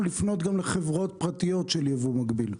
לפנות גם לחברות פרטיות של יבוא מקביל?